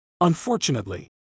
Unfortunately